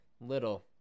little